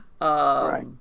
Right